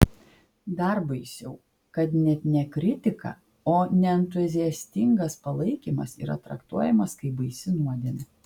dar baisiau kad net ne kritika o neentuziastingas palaikymas yra traktuojamas kaip baisi nuodėmė